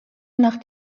nach